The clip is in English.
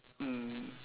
um